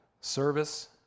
service